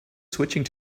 switching